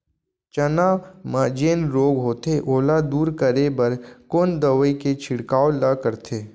चना म जेन रोग होथे ओला दूर करे बर कोन दवई के छिड़काव ल करथे?